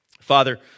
Father